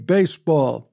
Baseball